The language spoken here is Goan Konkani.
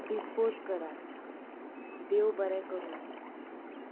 डिस्पोज करात देव बरें करूं